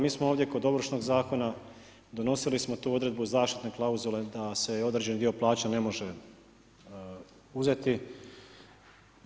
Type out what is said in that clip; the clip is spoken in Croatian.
Mi smo ovdje kod Ovršnog zakona donosili smo tu odredbu zaštitne klauzule da se određeni dio plaća ne može uzeti.